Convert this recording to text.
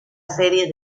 serie